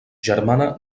germana